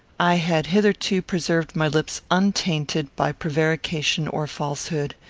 i had hitherto preserved my lips untainted by prevarication or falsehood.